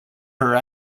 her